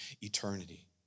eternity